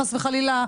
חס וחלילה,